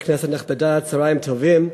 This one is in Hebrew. נכבדה, צהריים טובים,